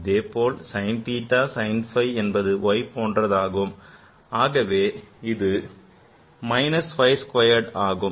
அதேபோல் Sin theta sin phi என்பது y போன்றதாகும் ஆகவே இது is minus y ன் squared ஆகும்